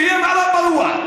יהיה מערב פרוע,